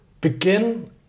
Begin